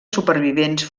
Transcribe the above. supervivents